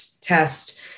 test